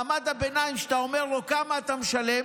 מעמד הביניים, כשאתה אומר לו: כמה אתה משלם?